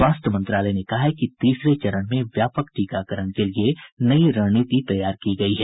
स्वास्थ्य मंत्रालय ने कहा है कि तीसरे चरण में व्यापक टीकाकरण के लिये नई रणनीति तैयार की गयी है